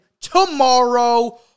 tomorrow